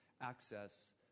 access